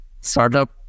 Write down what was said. startup